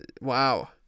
Wow